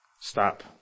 Stop